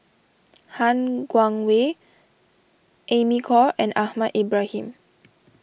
Han Guangwei Amy Khor and Ahmad Ibrahim